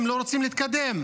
הם לא רוצים להתקדם.